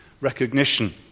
recognition